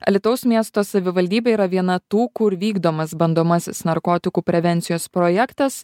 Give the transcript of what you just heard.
alytaus miesto savivaldybė yra viena tų kur vykdomas bandomasis narkotikų prevencijos projektas